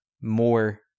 more